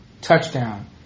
touchdown